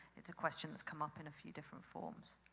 it's a question that's come up in a few different forms.